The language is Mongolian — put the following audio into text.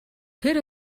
тэр